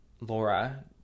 Laura